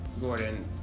Gordon